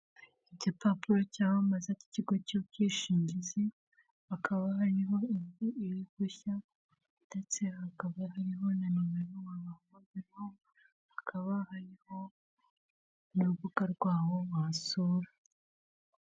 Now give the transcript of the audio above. Igipapuro cyamamaza cy'ikigo cy'ubwishingizi, hakaba hariho inzu irigushya, ndetse hakaba hariho na numero wa wabahamagariraho, hakaba hariho n'urubuga rwawo wasura.